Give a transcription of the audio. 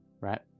right